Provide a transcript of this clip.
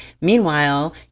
Meanwhile